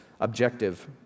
objective